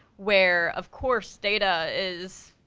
where of course data is,